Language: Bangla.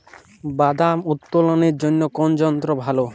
বাদাম উত্তোলনের জন্য কোন যন্ত্র ভালো?